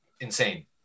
insane